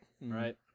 right